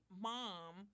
mom